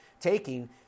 taking